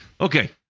Okay